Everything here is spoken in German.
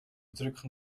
drücken